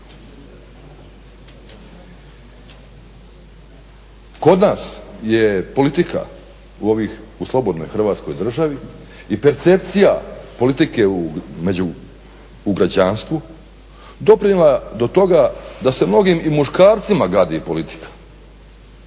Kod nas je u slobodnoj Hrvatskoj državi politika i percepcija politike u građanstvu doprinijela do toga da se mnogim i muškarcima gadi politika